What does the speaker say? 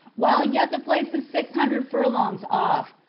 while yet the place is six hundred furlongs off,